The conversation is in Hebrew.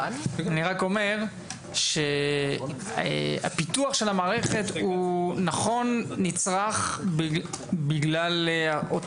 אני רק אומר שהפיתוח של המערכת הוא נצרך בגלל אותו